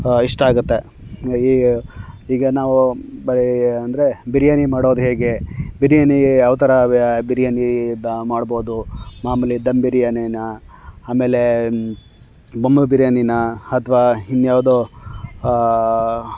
ಇಷ್ಟ ಆಗುತ್ತೆ ಈಗ ನಾವು ಬೈ ಅಂದರೆ ಬಿರಿಯಾನಿ ಮಾಡೋದು ಹೇಗೆ ಬಿರಿಯಾನಿಗೆ ಯಾವ ಥರ ಬಿರಿಯಾನಿ ಇದು ಮಾಡ್ಬೊದು ಮಾಮೂಲಿ ದಮ್ ಬಿರಿಯಾನಿಯ ಆಮೇಲೆ ಬೊಮ್ಮದ ಬಿರಿಯಾನಿಯ ಅಥ್ವಾ ಇನ್ನು ಯಾವ್ದೋ